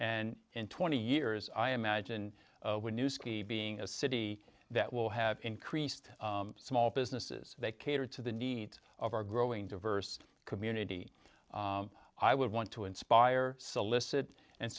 and in twenty years i imagine when new ski being a city that will have increased small businesses that cater to the needs of our growing diverse community i would want to inspire solicit and